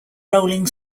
rolling